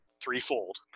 threefold